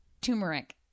Turmeric